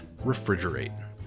refrigerate